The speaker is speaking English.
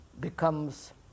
becomes